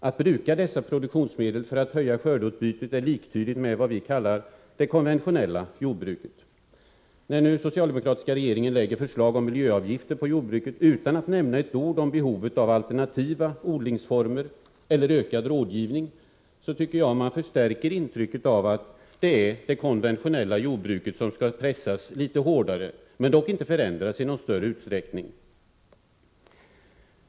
Att bruka dessa produktionsmedel för att höja skördeutbytet är liktydigt med vad vi kallar det konventionella jordbruket. När den socialdemokratiska regeringen nu lägger fram förslag om miljöavgifter på jordbruket utan att nämna ett ord om behovet av alternativa odlingsformer eller ökad rådgivning, tycker jag att man förstärker intrycket av att det är det konventionella jordbruket som skall pressas litet hårdare men dock inte förändras i någon större utsträckning.